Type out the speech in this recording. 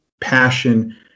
passion